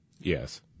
Yes